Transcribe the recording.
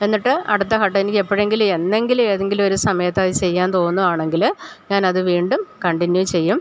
എന്നിട്ട് അടുത്ത ഘട്ടം എനിക്ക് എപ്പോഴെങ്കിലും എന്നെങ്കിലും ഏതെങ്കിലും ഒരു സമയത്തത് ചെയ്യാൻ തോന്നുവാണെങ്കിൽ ഞാൻ അത് വീണ്ടും കണ്ടിന്യൂ ചെയ്യും